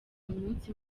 umunsi